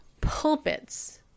pulpits